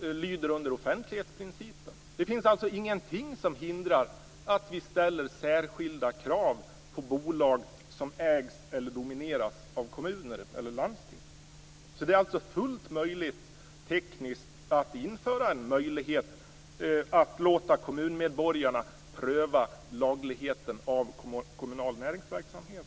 lyder under offentlighetsprincipen. Det finns alltså ingenting som hindrar att vi ställer särskilda krav på bolag som ägs eller domineras av kommuner eller landsting. Det är alltså fullt tekniskt möjligt att införa en möjlighet att låta kommunmedborgarna pröva lagligheten av kommunal näringsverksamhet.